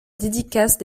dédicace